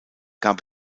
gab